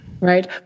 Right